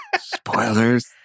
Spoilers